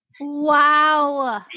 Wow